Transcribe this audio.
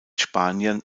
spaniern